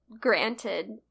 granted